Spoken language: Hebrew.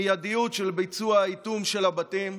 המיידיות של ביצוע האיטום של הבתים,